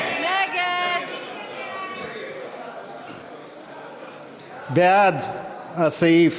בעד הסעיף